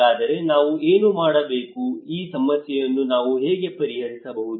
ಹಾಗಾದರೆ ನಾವು ಏನು ಮಾಡಬೇಕು ಈ ಸಮಸ್ಯೆಯನ್ನು ನಾವು ಹೇಗೆ ಪರಿಹರಿಸಬಹುದು